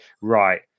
right